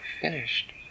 finished